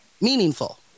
meaningful